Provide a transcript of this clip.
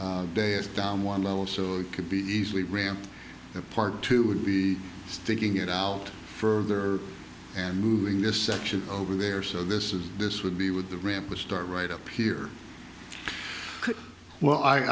is down one level so it could be easily ramped the park too would be sticking it out further and moving this section over there so this is this would be with the ramp would start right up here well i